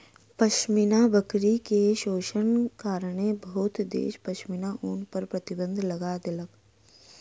पश्मीना बकरी के शोषणक कारणेँ बहुत देश पश्मीना ऊन पर प्रतिबन्ध लगा देलक